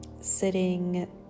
sitting